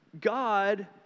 God